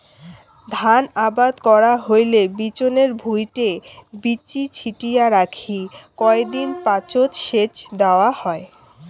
ধান আবাদ করা হইলে বিচনের ভুঁইটে বীচি ছিটিয়া রাখি কয় দিন পাচত সেচ দ্যাওয়া হয়